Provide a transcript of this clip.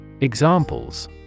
Examples